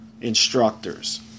instructors